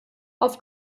auf